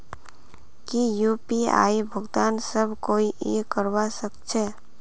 की यु.पी.आई भुगतान सब कोई ई करवा सकछै?